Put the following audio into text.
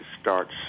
starts